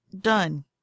done